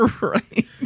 Right